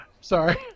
Sorry